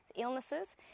illnesses